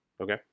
Okay